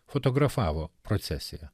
fotografavo procesiją